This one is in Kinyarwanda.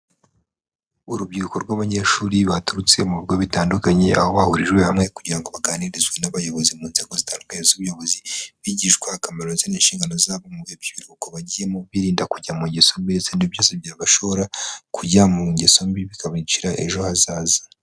Urubyiruko rw'abanyeshuri baturutse mu bigo bitandukanye, aho bahurijwe hamwe kugira ngo baganirizwe n'abayobozi mu nzego zitandukanye z'ubuyobozi, bigishwa akamaro ndetse n'inshingano zabo mu bihe by'ibiruhuko bagiyemo, birinda kujya mu ngeso mbi ndetse n'ibindi byose byabashora kujya mu ngeso mbi bikabicira ejo hazaza.